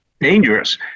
dangerous